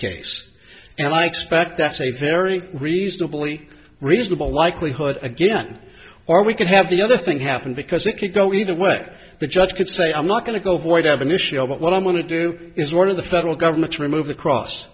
case and i expect that's a very reasonably reasonable likelihood again or we could have the other thing happen because it could go either way the judge could say i'm not going to go void of an issue about what i'm going to do is one of the federal government to remove the cross